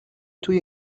توی